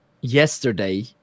yesterday